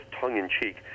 tongue-in-cheek